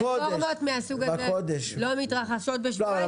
רפורמות מהסוג הזה לא מתרחשות בשבועיים.